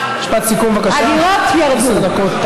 הדירות, ירדו.